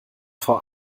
frau